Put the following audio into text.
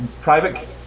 private